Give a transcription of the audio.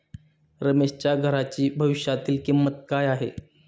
रमेशच्या घराची भविष्यातील किंमत काय आहे?